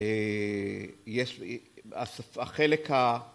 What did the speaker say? יש לי... ההחלק ה...